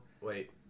wait